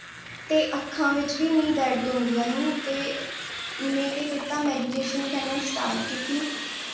ते अक्खां बिच बी मिगी दर्द होंदियां ही ते में केह् कीता मेडिटेशन करना स्टार्ट कीती